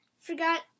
forgot